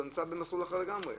זה נמצא במסלול אחר לגמרי,